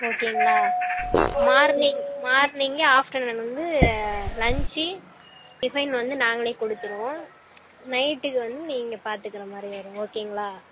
ஓகேங்களா morning morning afternoon வந்து லஞ்ச்சி டிஃபன் வந்து நாங்களே கொடுத்துடுவோம் நைட்டுக்கு வந்து நீங்கள் பார்த்துக்கற மாதிரி வரும் ஓகேங்களா